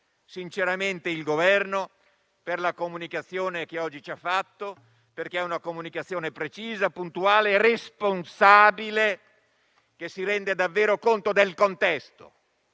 sinceramente il Governo per la comunicazione che oggi ci ha fatto, perché è precisa, puntuale e responsabile, che tiene davvero conto del contesto,